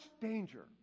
danger